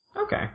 Okay